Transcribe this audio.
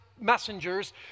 messengers